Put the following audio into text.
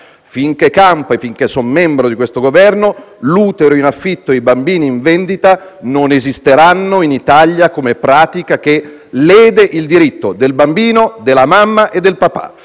Finché campo e finché sarò membro di questo Governo, l'utero in affitto e i bambini in vendita non esisteranno in Italia come pratica che lede il diritto del bambino, della mamma e del papà.